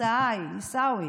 התוצאה היא, עיסאווי,